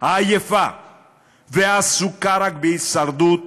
עייפה ועסוקה רק בהישרדות,